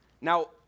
Now